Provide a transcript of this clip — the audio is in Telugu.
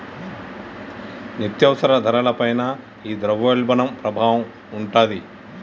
నిత్యావసరాల ధరల పైన ఈ ద్రవ్యోల్బణం ప్రభావం ఉంటాది